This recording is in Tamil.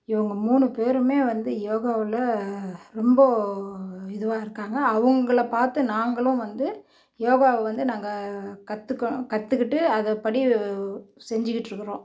இவங்க மூணு பேரும் வந்து யோகாவில் ரொம்ப இதுவாக இருக்காங்க அவங்கள பார்த்து நாங்களும் வந்து யோகாவை வந்து நாங்கள் கற்றுக்க கற்றுக்கிட்டு அதுபடி செஞ்சுக்கிட்டுருக்குறோம்